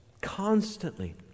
constantly